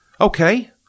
Okay